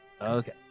Okay